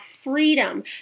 freedom